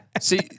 See